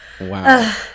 Wow